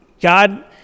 God